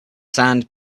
sand